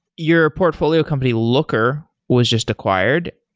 your portfolio company, looker, was just acquired.